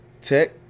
Tech